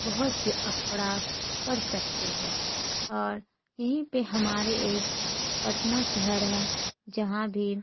بہت سے اخبارات پڑھ سکتے ہیں اور یہیں پہ ہمارے ایک پٹنہ شہر ہے جہاں بھی